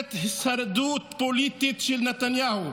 קבינט הישרדות פוליטית של נתניהו.